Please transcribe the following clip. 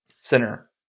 center